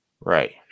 Right